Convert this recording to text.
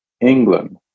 England